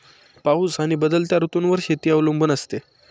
पाऊस आणि बदलत्या ऋतूंवर शेती अवलंबून असते